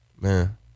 Man